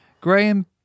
Graham